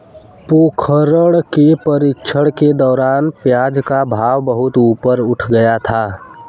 पोखरण के प्रशिक्षण के दौरान प्याज का भाव बहुत ऊपर उठ गया था